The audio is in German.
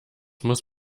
muss